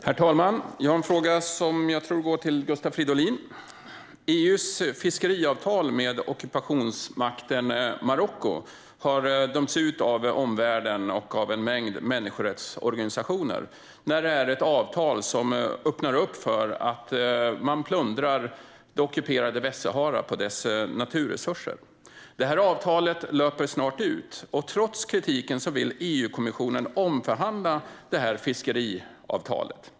Herr talman! Jag har en fråga som jag tror ska gå till Gustav Fridolin. EU:s fiskeavtal med ockupationsmakten Marocko har dömts ut av omvärlden och av en mängd människorättsorganisationer. Avtalet öppnar för att man plundrar det ockuperade Västsahara på dess naturresurser. Avtalet löper snart ut. Trots kritiken vill EU-kommissionen omförhandla det här fiskeavtalet.